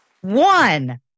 one